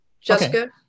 Jessica